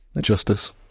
justice